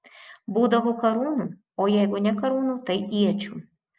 būdavo karūnų o jeigu ne karūnų tai iečių